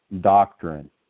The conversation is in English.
doctrine